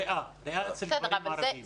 ריאה אצל גברים ערבים.